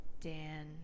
Dan